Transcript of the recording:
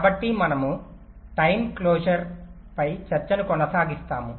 కాబట్టి మనము టైమింగ్ క్లోజర్పై చర్చతో కొనసాగిస్తాము